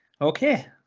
Okay